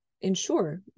ensure